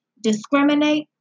discriminate